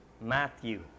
Matthew